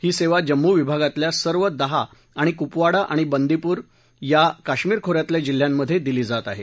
ही सेवा जम्मू विभागातल्या सर्व दहा आणि कुपवाडा आणि बांदिपूर या काश्मीर खो यातील जिल्ह्यामधे दिली जात आहे